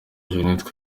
jeannette